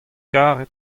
karet